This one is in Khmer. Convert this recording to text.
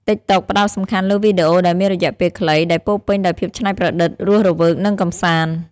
ទីកតុក ផ្តោតសំខាន់លើវីដេអូដែលមានរយៈពេលខ្លី ដែលពោរពេញដោយភាពច្នៃប្រឌិត រស់រវើក និងកម្សាន្ត។